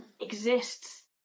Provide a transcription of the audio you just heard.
exists